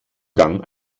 gang